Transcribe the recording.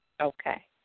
Okay